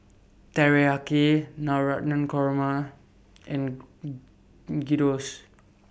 Teriyaki Navratan Korma and Gyros